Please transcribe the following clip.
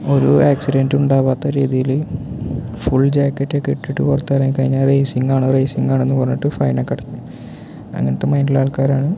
ഒരു ആക്സിഡൻട് ഉണ്ടാവാത്ത രീതിയിൽ ഫുൾ ജാക്കറ്റൊക്കെ ഇട്ടിട്ട് പുറത്തിറങ്ങി കഴിഞ്ഞാൽ റേയ്സിങ്ങാണൊ റേയ്സിങ്ങാണോ എന്ന് പറഞ്ഞിട്ട് ഫൈനൊക്കെ അടയ്ക്കും അങ്ങനത്തെ മൈൻഡുള്ള ആൾക്കാരാണ്